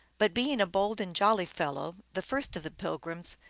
but being a bold and jolly fellow, the first of the pilgrims,